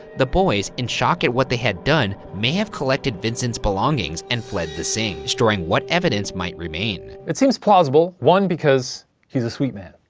the boys, in shock at what they had done, may have collected vincent's belongings and fled the scene, destroying what evidence might remain. it seems plausible. one, because he's a sweet man.